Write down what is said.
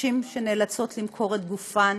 נשים שנאלצות למכור את גופן